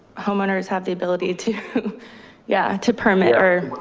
homeowners have the ability to yeah to permit or